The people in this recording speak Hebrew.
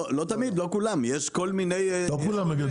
לא תמיד, לא כולם, יש כל מיני סוגים.